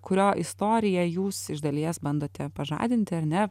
kurio istoriją jūs iš dalies bandote pažadinti ar ne